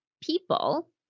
people